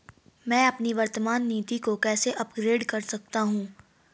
मैं अपनी वर्तमान नीति को कैसे अपग्रेड कर सकता हूँ?